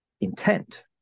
intent